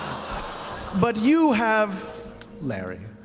but you have larry.